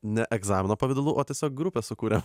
ne egzamino pavidalu o tiesiog grupę sukurėm